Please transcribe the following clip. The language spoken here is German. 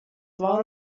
war